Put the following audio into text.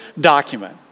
document